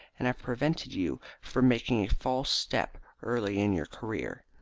and have prevented you from making a false step early in your career.